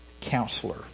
counselor